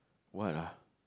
what ah